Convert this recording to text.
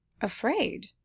Afraid